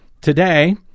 Today